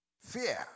fear